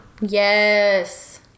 Yes